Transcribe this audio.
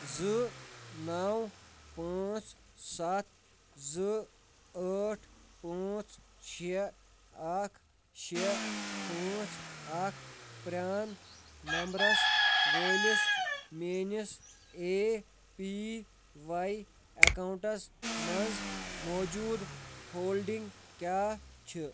زٕ نو پانٛژھ سَتھ زٕ ٲٹھ پانٛژھ شےٚ اکھ شےٚ پانٛژھ اکھ پرٛان نمبرَس وٲلِس میٲنِس اے پی واے اٮ۪کاوُنٛٹس مَنٛز موجوٗد ہولڈِنٛگ کیٛاہ چھُ